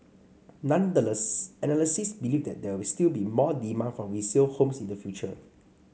nonetheless analysts believe there will still be more demand for resale homes in the future